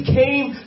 came